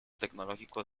tecnológico